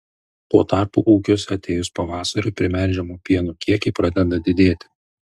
tuo tarpu ūkiuose atėjus pavasariui primelžiamo pieno kiekiai pradeda didėti